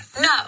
No